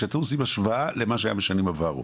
כשאתם עושים השוואה למה שהיה בשנים עברו,